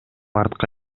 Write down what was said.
артка